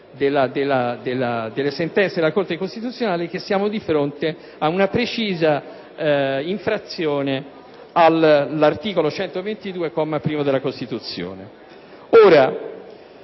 delle sentenze della Corte costituzionale che siamo di fronte ad una precisa violazione dell'articolo 122, primo comma, della Costituzione.